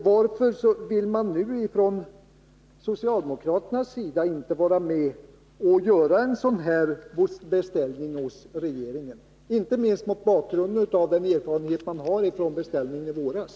Varför vill man nu från socialdemokraternas sida inte 35 vara med om att göra en sådan här beställning hos regeringen, inte minst mot bakgrund av den erfarenhet man har av beställningen från i våras?